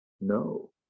no